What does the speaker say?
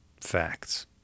facts